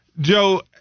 Joe